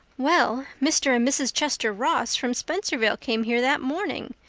well, mr. and mrs. chester ross from spencervale came here that morning.